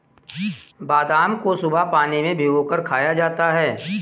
बादाम को सुबह पानी में भिगोकर खाया जाता है